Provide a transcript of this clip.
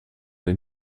den